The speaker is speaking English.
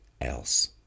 else